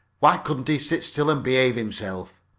why couldn't he sit still and behave himself?